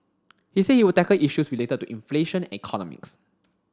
he said he would tackle issues related to inflation and economics